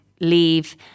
leave